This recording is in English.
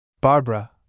Barbara